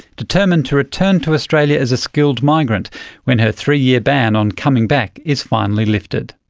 determined to return to australia as a skilled migrant when her three-year ban on coming back is finally lifted.